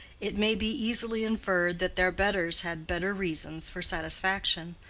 it may be easily inferred that their betters had better reasons for satisfaction,